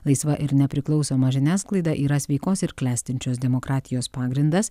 laisva ir nepriklausoma žiniasklaida yra sveikos ir klestinčios demokratijos pagrindas